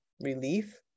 relief